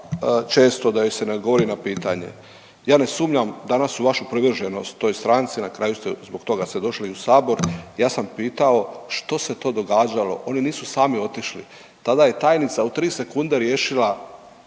da joj se ne odgovori na pitanje. Ja ne sumnjam danas u vašu privrženost toj stranci, na kraju ste zbog toga došli i u sabor. Ja sam pitao što se to događalo, oni nisu sami otišli, tada je tajnica u tri sekunde riješila